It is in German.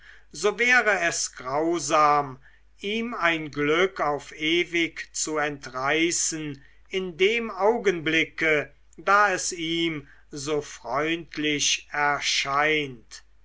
so wäre es grausam ihm ein glück auf ewig zu entreißen in dem augenblicke da es ihm so freundlich erscheint